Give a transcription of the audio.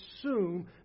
assume